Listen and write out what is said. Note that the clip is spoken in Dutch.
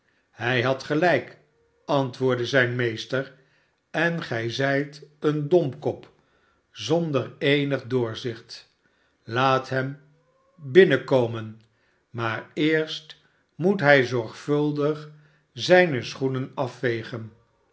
hij had gelijk antwoordde zijn meester en gij zijt een domkop zonder eenig doorzicht laat hem binnenkomen maar eerst moet hij zorgvuldig zijne schoenen afvegen